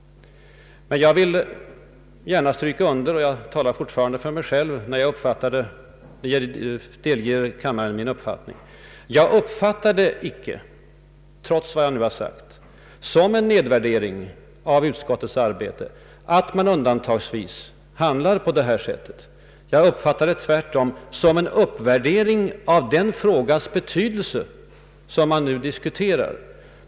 Jag vill gärna stryka under, och jag talar fortfarande för mig själv när jag delger kammaren min uppfattning, att jag icke trots vad jag nu har sagt betraktar det som en nedvärdering av utskottets arbete att man undantagsvis handlar på det här sättet. Jag uppfattar det tvärtom som en uppvärdering av den frågas betydelse som man nu diskuterar.